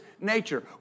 nature